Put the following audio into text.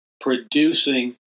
producing